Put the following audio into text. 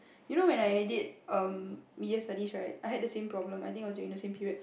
you know when I did um media studies right I had the same problem I think it was during the same period